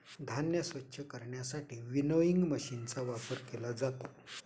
धान्य स्वच्छ करण्यासाठी विनोइंग मशीनचा वापर केला जातो